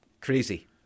crazy